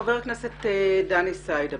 חבר הכנסת דן סידה.